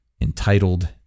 entitled